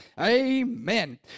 Amen